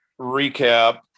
recap